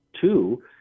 two